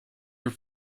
your